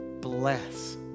bless